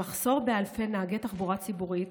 המחסור באלפי נהגי תחבורה ציבורית,